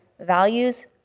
values